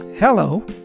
Hello